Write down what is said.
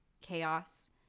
chaos